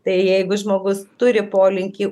tai jeigu žmogus turi polinkį